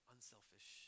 Unselfish